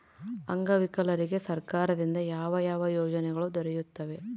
ಅಂಗವಿಕಲರಿಗೆ ಸರ್ಕಾರದಿಂದ ಯಾವ ಯಾವ ಯೋಜನೆಗಳು ದೊರೆಯುತ್ತವೆ?